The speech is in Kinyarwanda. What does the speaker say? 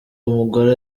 umugore